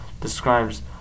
describes